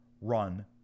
run